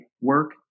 work